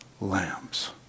lambs